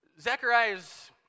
Zechariah's